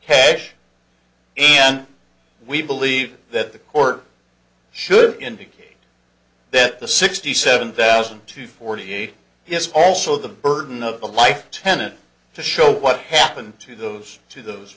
cash and we believe that the court should indicate that the sixty seven thousand to forty eight is also the burden of the life tenant to show what happened to those to those